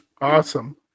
Awesome